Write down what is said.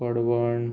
कडवण